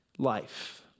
life